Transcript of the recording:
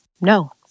No